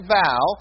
vow